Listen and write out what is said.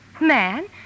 Man